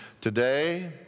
today